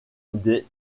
des